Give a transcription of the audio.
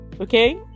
okay